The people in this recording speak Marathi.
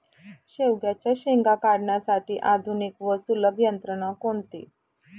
शेवग्याच्या शेंगा काढण्यासाठी आधुनिक व सुलभ यंत्रणा कोणती?